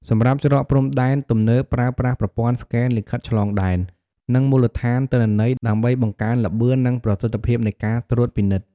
សម្រាប់ច្រកព្រំដែនទំនើបប្រើប្រាស់ប្រព័ន្ធស្កេនលិខិតឆ្លងដែន និងមូលដ្ឋានទិន្នន័យ ដើម្បីបង្កើនល្បឿន និងប្រសិទ្ធភាពនៃការត្រួតពិនិត្យ។